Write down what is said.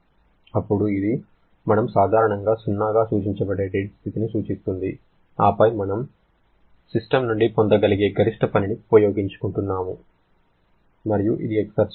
అప్పుడు ఇది మనం సాధారణంగా సున్నాగా సూచించబడే డెడ్ స్థితిని సూచిస్తుంది ఆపై మనం సిస్టమ్ నుండి పొందగలిగే గరిష్ట పనిని ఉపయోగించుకున్నాము మరియు అదే ఎక్సర్జి